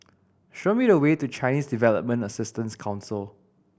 show me the way to Chinese Development Assistance Council